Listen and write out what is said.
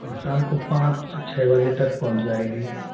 हाँ शाम को पाँच छः बजे तक पहुँच जाएगी